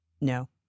no